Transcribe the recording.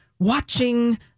watching